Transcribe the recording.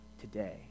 today